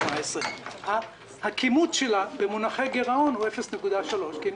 2018. הכימות שלה במונחי גירעון הוא 0.3% כי אם